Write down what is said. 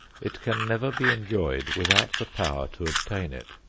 it can never be enjoyed without the power to obtain it.